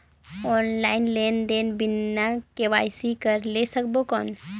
Online लेनदेन बिना KYC कर सकबो कौन??